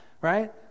right